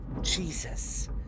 Jesus